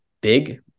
big